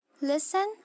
Listen